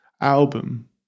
album